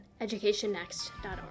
educationnext.org